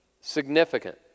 significant